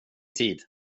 tid